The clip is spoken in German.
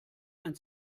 ein